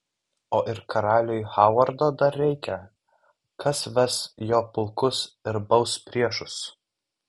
o ir karaliui hovardo dar reikia kas ves jo pulkus ir baus priešus